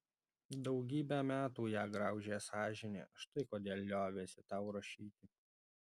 daugybę metų ją graužė sąžinė štai kodėl liovėsi tau rašyti